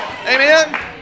Amen